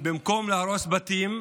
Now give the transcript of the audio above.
במקום להרוס בתים,